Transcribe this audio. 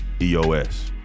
EOS